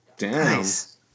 Nice